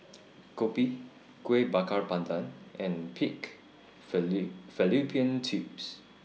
Kopi Kueh Bakar Pandan and Pig Fallopian Tubes